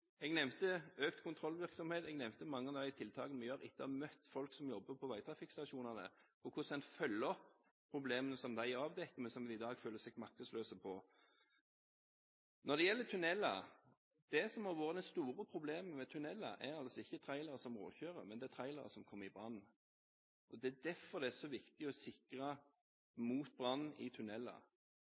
Jeg nevnte økt kontrollvirksomhet, jeg nevnte mange av de tiltakene vi nå igangsetter etter å ha møtt folk som jobber på veitrafikkstasjonene, og hvordan man følger opp problemene som de avdekker, men som man i dag føler seg maktesløs ovenfor. Til tuneller: Det som har vært det store problemet med tuneller, er altså ikke trailersjåfører som råkjører, men det er trailere som kommer i brann. Det er derfor det er så viktig å sikre mot brann i tuneller.